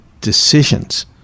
decisions